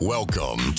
Welcome